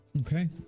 Okay